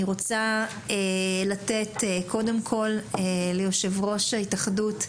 אני רוצה לתת קודם כול ליושב-ראש ההתאחדות,